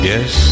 Yes